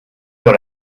dans